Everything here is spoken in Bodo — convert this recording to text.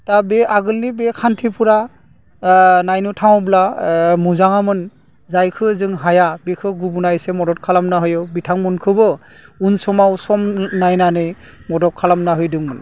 दा बे आगोलनि बे खान्थिफोरा नायनो थाङोब्ला मोजाङानोमोन जायखौ जों हाया बेखौ गुबुना इसे मदद खालामना होयो बिथांमोनखौबो उन समाव सम नायनानै मदद खालामना हैदोंमोन